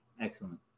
Excellent